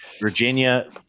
virginia